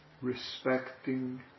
respecting